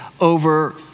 over